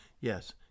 Yes